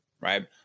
right